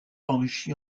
enrichi